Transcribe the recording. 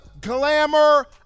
glamour